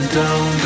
down